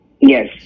Yes